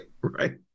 Right